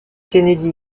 kennedy